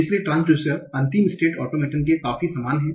इसलिए ट्रांसड्यूसर अंतिम state automaton के काफी समान हैं